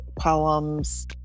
poems